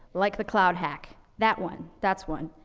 like the cloud hack. that one. that's one.